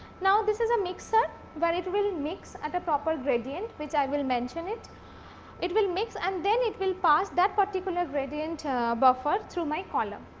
now, this is a mixer where it will mix at a proper gradient which i will mention it it will mix and then, it will pass that particular gradient but buffer through my column.